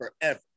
forever